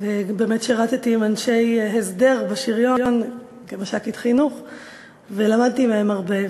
גם באמת שירתי עם אנשי הסדר בשריון כמש"קית חינוך ולמדתי מהם הרבה,